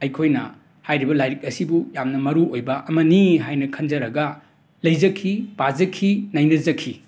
ꯑꯩꯈꯣꯏꯅ ꯍꯥꯏꯔꯤꯕ ꯂꯥꯏꯔꯤꯛ ꯑꯁꯤꯕꯨ ꯌꯥꯝꯅ ꯃꯔꯨꯑꯣꯏꯕ ꯑꯃꯅꯤ ꯍꯥꯏꯅ ꯈꯟꯖꯔꯒ ꯂꯩꯖꯈꯤ ꯄꯥꯖꯈꯤ ꯅꯩꯅꯖꯈꯤ